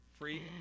free